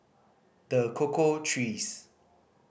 The Cocoa Trees